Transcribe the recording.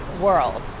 world